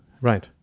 right